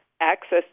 access